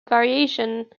variation